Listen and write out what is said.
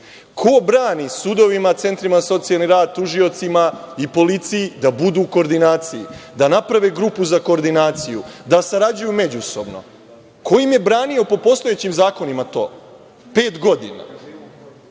Ko brani sudovima, centrima za socijalni rad, tužiocima i policiji da budu u koordinaciji, da naprave grupu za koordinaciju, da sarađuju međusobno? Ko im je branio po postojećim zakonima to pet godina?